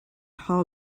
hall